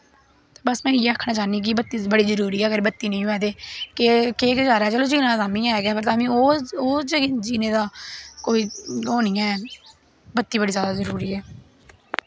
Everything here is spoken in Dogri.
बस में इ'यै आखना चाह्न्नी कि बत्ती बड़ी जरूरी ऐ अगर बत्ती नेईं होऐ ते केह् गजारा ऐ चलो जीना ते तां बी ऐ गै ऐ पर ओह् जीने दा कोई ओह् निं ऐ बत्ती बड़ी जैदा जरूरी ऐ